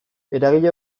eragile